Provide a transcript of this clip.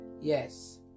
Yes